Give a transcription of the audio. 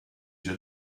già